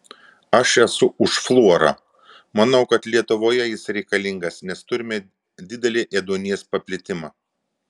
aš esu už fluorą manau kad lietuvoje jis reikalingas nes turime didelį ėduonies paplitimą